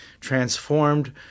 transformed